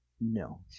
No